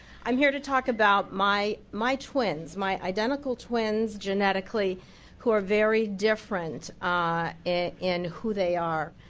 um here to talk about my my twins my identical twins genetically who are very different in who they are.